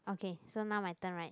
okay so now my turn right